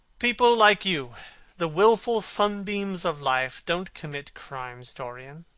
people like you the wilful sunbeams of life don't commit crimes, dorian.